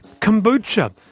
kombucha